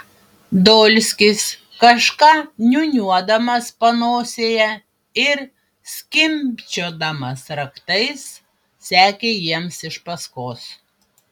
dolskis kažką niūniuodamas panosėje ir skimbčiodamas raktais sekė jiems iš paskos